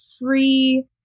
free